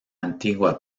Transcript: antigua